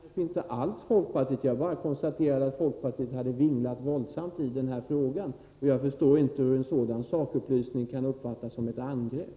Fru talman! Får jag bara säga att jag inte alls angrep folkpartiet. Jag konstaterade bara att folkpartiet hade vinglat våldsamt i den här frågan, och jag förstår inte hur en sådan sakupplysning kan uppfattas som ett angrepp.